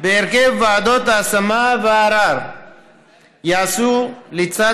בהרכב ועדות ההשמה והערר ייעשו לצד